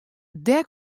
dêr